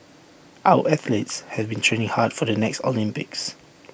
our athletes have been training hard for the next Olympics